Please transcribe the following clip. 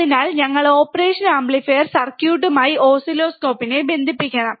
അതിനാൽ ഞങ്ങൾ operation amplifier സർക്യൂട്ടുമായി ഓസിലോസ്കോപ്പിനെ ബന്ധിപ്പിക്കണം